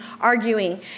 arguing